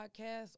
podcast